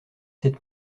sept